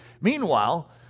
Meanwhile